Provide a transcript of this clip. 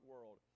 world